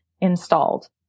installed